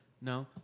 No